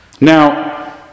Now